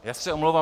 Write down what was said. Já se omlouvám.